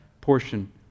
portion